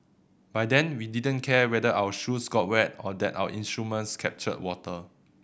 by then we didn't care whether our shoes got wet or that our instruments captured water